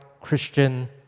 Christian